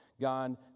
God